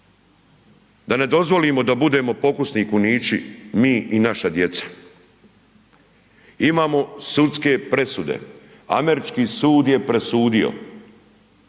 da ne dozvolimo da budemo pokusni kunići, mi i naša djeca. Imamo sudske presude, američki sud je presudio